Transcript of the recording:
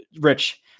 rich